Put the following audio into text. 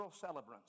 celebrants